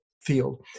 Field